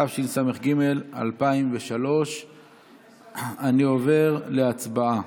תשס"ג 2003. אני עובר להצבעה.